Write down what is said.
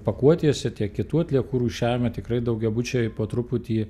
pakuotėse tiek kitų atliekų rūšiavime tikrai daugiabučiai po truputį